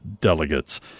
delegates